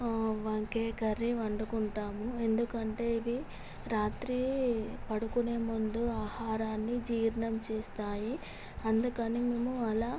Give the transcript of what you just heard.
వంకాయ కర్రీ వండుకుంటాము ఎందుకంటే ఇవి రాత్రి పడుకునేముందు ఆహారాన్ని జీర్ణం చేస్తాయి అందుకని మేము అలా